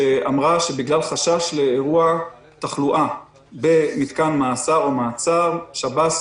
שאמרה שבגלל חשש לאירוע תחלואה במתקן מאסר או מעצר שב"ס